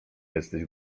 jesteś